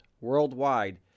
worldwide